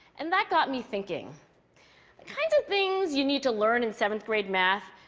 and that got me thinking. the kinds of things you need to learn in seventh grade math,